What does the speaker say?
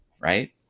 right